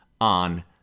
on